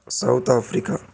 south-africa